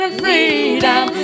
freedom